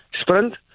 sprint